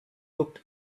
looked